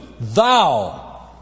thou